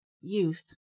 youth